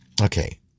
Okay